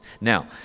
Now